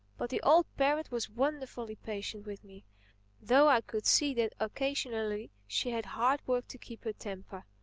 but the old parrot was wonderfully patient with me though i could see that occasionally she had hard work to keep her temper.